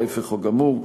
ההפך הגמור.